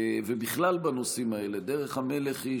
ובכלל בנושאים האלה, דרך המלך היא